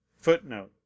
Footnote